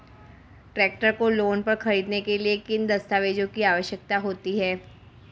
Tractor को loan पर खरीदने के लिए किन दस्तावेज़ों की आवश्यकता होती है?